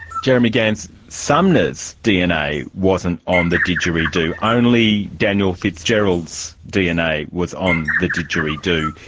jeremy gans, sumner's dna wasn't on the didgeridoo, only daniel fitzgerald's dna was on the didgeridoo.